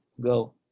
go